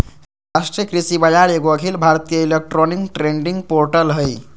राष्ट्रीय कृषि बाजार एगो अखिल भारतीय इलेक्ट्रॉनिक ट्रेडिंग पोर्टल हइ